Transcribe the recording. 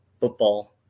football